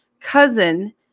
cousin